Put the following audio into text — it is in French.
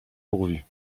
pourvus